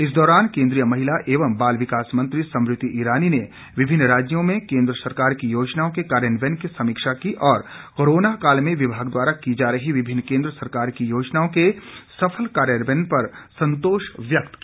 इस दौरान केंद्रीय महिला एवं बाल विकास मंत्री स्मृति ईरानी ने विभिन्न राज्यों में केंद्र सरकार की योजनाओं के कार्यान्वयन की समीक्षा की और कोरोना काल में विभाग द्वारा की जा रही विभिन्न केंद्र सरकार की योजनाओं के सफल कार्यान्वयन पर संतोष व्यक्त किया